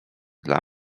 dla